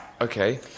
Okay